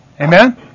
Amen